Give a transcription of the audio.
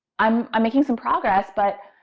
i'm i'm making some progress, but.